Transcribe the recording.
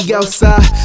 outside